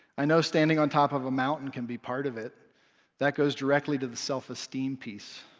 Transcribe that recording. i know standing on top of a mountain can be part of it that goes directly to the self-esteem piece.